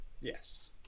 Yes